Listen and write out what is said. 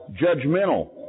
judgmental